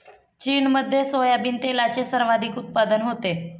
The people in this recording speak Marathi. चीनमध्ये सोयाबीन तेलाचे सर्वाधिक उत्पादन होते